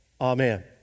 Amen